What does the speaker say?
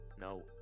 no